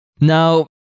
Now